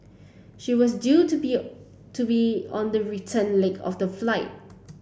she was due to be to be on the return leg of the flight